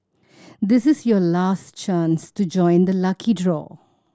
this is your last chance to join the lucky draw